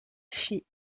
phi